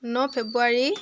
ন ফেব্ৰুৱাৰী